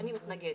אני מתנגדת.